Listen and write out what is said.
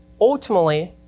ultimately